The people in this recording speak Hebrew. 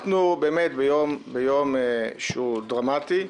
אנחנו נמצאים באמת ביום שהוא דרמטי.